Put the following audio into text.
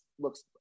looks